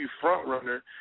frontrunner